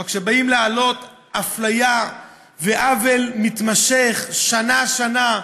אבל כשבאים להעלות אפליה ועוול מתמשך, שנה-שנה,